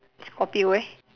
scorpio eh